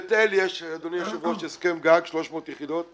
לבית אל יש, אדוני היושב-ראש הסכם גג, 300 יחידות.